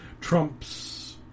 Trump's